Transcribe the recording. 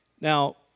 Now